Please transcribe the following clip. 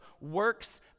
works